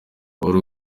wari